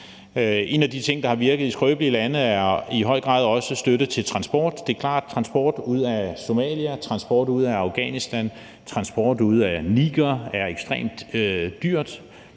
En af de ting, der har virket i skrøbelige lande, er i høj grad også støtte til transport. Det er klart, at transport ud af Somalia, transport ud af Afghanistan og transport ud af Niger er ekstremt dyrt.